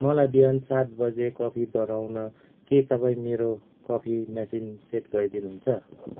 मलाई बिहान सात बजी कफी बनाउन के तपाईँ मेरो कफी मेसिन सेट गरिदिनु हुन्छ